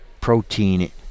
protein